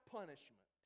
punishment